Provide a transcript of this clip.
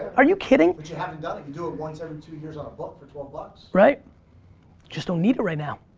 are you kidding? but you haven't done it. you do it once ever two years on a book for twelve bucks. right. i just don't need it right now.